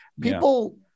People